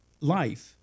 life